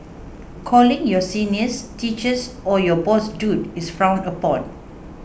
calling your seniors teachers or your boss dude is frowned upon